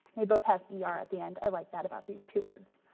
they both have e r at the end, i like that about these two words.